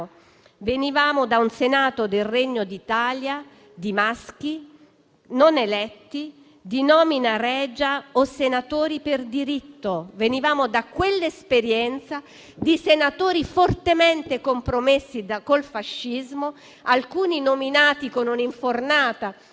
venivamo da un Senato del Regno d'Italia di maschi non eletti, di nomina regia, o di senatori per diritto. Venivamo da quell'esperienza di senatori fortemente compromessi col fascismo, alcuni nominati con un'infornata